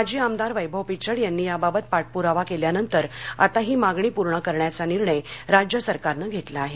माजी आमदार वैभव पिचड यांनी याबाबत पाठप्रावा केल्यानंतर आता ही मागणी पूर्ण करण्याचा निर्णय राज्य सरकारनं घेतला आहे